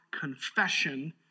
confession